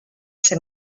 ser